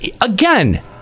again